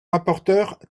rapporteur